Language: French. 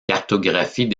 cartographie